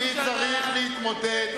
אני צריך להתמודד.